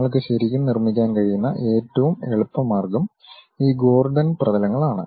നിങ്ങൾക്ക് ശരിക്കും നിർമ്മിക്കാൻ കഴിയുന്ന ഏറ്റവും എളുപ്പ മാർഗം ഈ ഗോർഡൻ പ്രതലങ്ങളാണ്